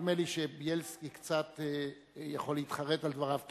נדמה לי שבילסקי קצת יכול להתחרט על דבריו,